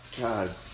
God